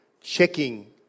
checking